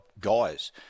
guys